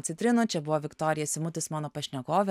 citrinų čia buvo viktorija simutis mano pašnekovė